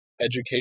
education